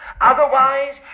Otherwise